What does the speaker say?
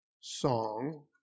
song